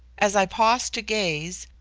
as i paused to gaze,